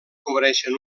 cobreixen